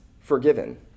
forgiven